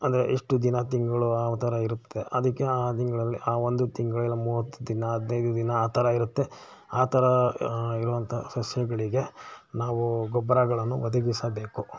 ಅಂದರೆ ಎಷ್ಟು ದಿನ ತಿಂಗಳು ಆ ಥರ ಇರುತ್ತೆ ಅದಕ್ಕೆ ಆ ತಿಂಗಳಲ್ಲಿ ಆ ಒಂದು ತಿಂಗಳಿನ ಮೂವತ್ತು ದಿನ ಹದಿನೈದು ದಿನ ಆ ಥರ ಇರುತ್ತೆ ಆ ಥರ ಇರುವಂತಹ ಸಸ್ಯಗಳಿಗೆ ನಾವು ಗೊಬ್ಬರಗಳನ್ನು ಒದಗಿಸಬೇಕು